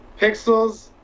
Pixels